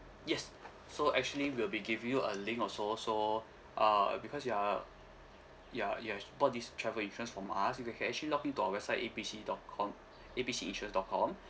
yes so actually we'll be giving you a link also so uh because you are you are you have bought this travel insurance from us you can can actually login to our website A B C dot com A B C insurance dot com